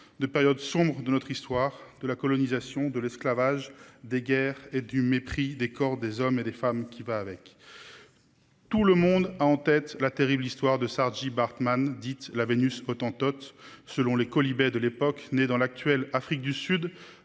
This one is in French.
de périodes sombres de notre histoire, de la colonisation, de l'esclavage, des guerres et du mépris des corps des hommes et des femmes qui va avec. Tout le monde a en tête la terrible histoire de Saartjie Baartman, dite, d'après les quolibets de l'époque, la « Vénus hottentote ». Née dans l'actuelle Afrique du Sud